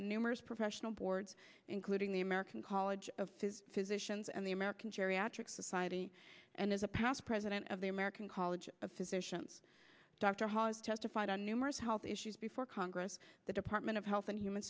on numerous professional boards including the american college of says physicians and the american geriatric society and as a past president of the american college of physicians dr hawes testified on numerous health issues before congress the department of health and human